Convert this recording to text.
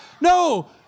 No